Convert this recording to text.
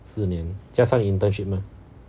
四年加上 internship 吗